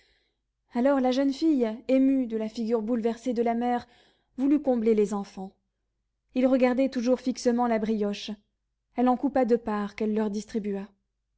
alors la jeune fille émue de la figure bouleversée de la mère voulut combler les enfants ils regardaient toujours fixement la brioche elle en coupa deux parts qu'elle leur distribua